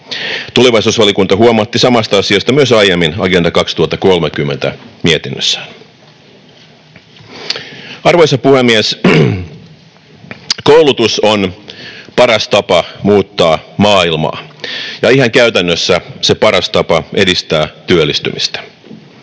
Tulevaisuusvaliokunta huomautti samasta asiasta myös aiemmin Agenda 2030 -mietinnössään. Arvoisa puhemies! Koulutus on paras tapa muuttaa maailmaa ja ihan käytännössä se paras tapa edistää työllistymistä.